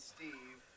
Steve